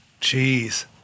Jeez